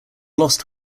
lost